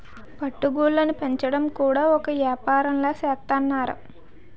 పట్టు గూళ్ళుని పెంచడం కూడా ఒక ఏపారంలా సేత్తన్నారు